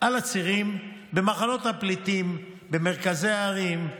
על הצירים, במחנות הפליטים, במרכזי הערים.